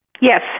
Yes